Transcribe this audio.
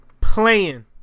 Playing